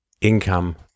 income